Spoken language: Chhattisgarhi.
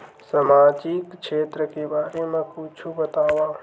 सामजिक क्षेत्र के बारे मा कुछु बतावव?